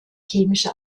chemische